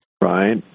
Right